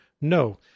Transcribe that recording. no